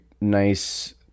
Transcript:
nice